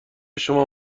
شما